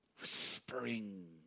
whispering